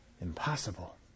impossible